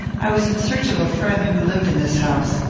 i was in search of a friend who lived in this house.